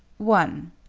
one